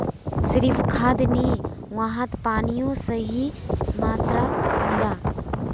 सिर्फ खाद नी वहात पानियों सही मात्रात मिला